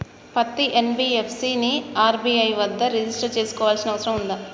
పత్తి ఎన్.బి.ఎఫ్.సి ని ఆర్.బి.ఐ వద్ద రిజిష్టర్ చేసుకోవాల్సిన అవసరం ఉందా?